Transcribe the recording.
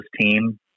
team